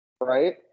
right